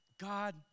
God